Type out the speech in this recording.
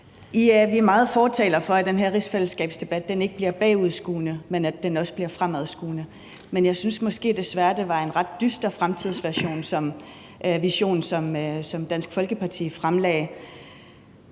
er vi meget fortalere for, at den her rigsfællesskabsdebat ikke bliver bagudskuende, men at den også bliver fremadskuende. Men jeg synes måske desværre, det var en ret dyster fremtidsvision, som Dansk Folkeparti fremlagde.